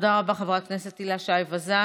תודה רבה, חברת הכנסת הילה שי וזאן.